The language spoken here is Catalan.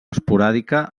esporàdica